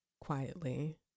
quietly